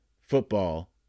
football